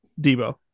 Debo